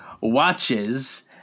watches